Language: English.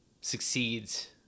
succeeds